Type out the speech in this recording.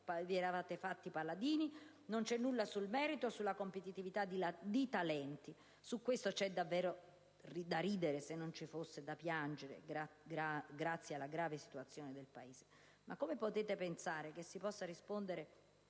vi eravate fatti paladini; non c'è nulla sul merito e sulla competitività dei talenti. Su questo ci sarebbe da ridere, se non ci fosse da piangere per la grave situazione del Paese. Come potete pensare che si possa rispondere